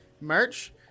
merch